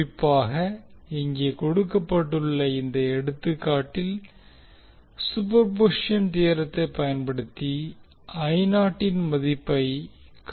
குறிப்பாக இங்கே கொடுக்கப்பட்டுள்ள இந்த எடுத்துக்காட்டில் சூப்பர்பொசிஷன் தியோரத்தை பயன்படுத்தி இன் மதிப்பை கண்டுபிடிக்க வேண்டும்